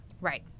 Right